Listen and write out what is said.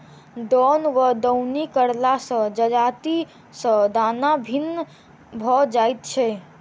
दौन वा दौनी करला सॅ जजाति सॅ दाना भिन्न भ जाइत छै